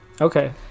Okay